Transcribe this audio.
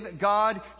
God